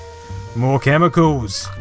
more chemicals.